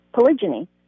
polygyny